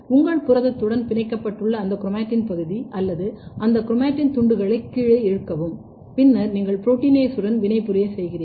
உங்கள் புரதத்துடன் பிணைக்கப்பட்டுள்ள அந்த குரோமாடின் பகுதி அல்லது அந்த குரோமாடின் துண்டுகளை கீழே இழுக்கவும் பின்னர் நீங்கள் புரோட்டினேஸுடன் வினைப்புரிய செய்கிறீர்கள்